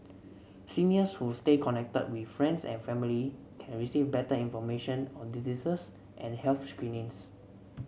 seniors who stay connected with friends and family can receive better information on diseases and health screenings